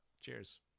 Cheers